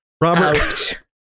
Robert